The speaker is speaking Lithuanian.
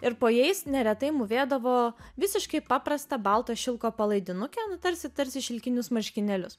ir po jais neretai mūvėdavo visiškai paprastą balto šilko palaidinukę nu tarsi tarsi šilkinius marškinėlius